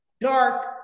dark